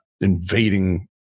invading